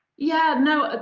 yeah, no,